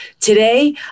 Today